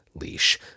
Leash